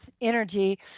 energy